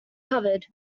covered